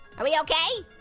are we okay?